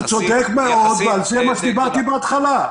הוא צודק מאוד ועל זה דיברתי בהתחלה.